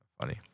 funny